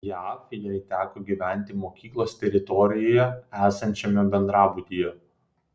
jav jai teko gyventi mokyklos teritorijoje esančiame bendrabutyje